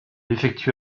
effectue